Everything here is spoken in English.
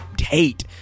hate